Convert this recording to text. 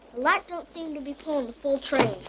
lot don't seem to be pulling a full train.